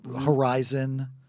horizon